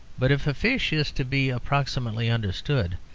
but if a fish is to be approximately understood,